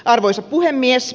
arvoisa puhemies